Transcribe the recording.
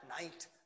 night